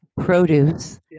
produce